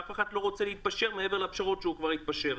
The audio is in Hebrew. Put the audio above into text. אף אחד לא רוצה להתפשר מעבר למה שהוא כבר התפשר.